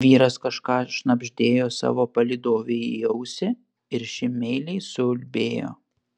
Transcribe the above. vyras kažką šnabždėjo savo palydovei į ausį ir ši meiliai suulbėjo